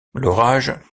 l’orage